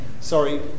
Sorry